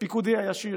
לפיקודי הישיר.